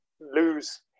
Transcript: lose